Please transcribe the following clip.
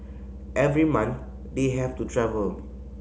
every month they have to travel